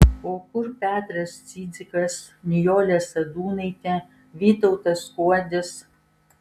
o kur petras cidzikas nijolė sadūnaitė vytautas skuodis